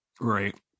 Right